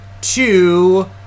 two